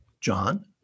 John